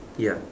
ya